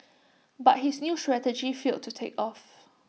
but his new strategy failed to take off